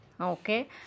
okay